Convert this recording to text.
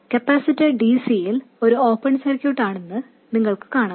capacitor dc യിൽ ഒരു open സർക്യൂട്ടാണെന്ന് നിങ്ങൾക്ക് കാണാം